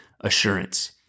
assurance